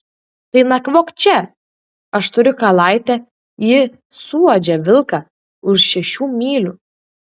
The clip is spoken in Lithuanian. tai nakvok čia aš turiu kalaitę ji suuodžia vilką už šešių mylių